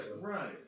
right